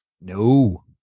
No